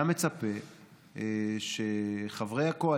לא היה ברור: שיש כאן ארבעה חברי כנסת שמשתייכים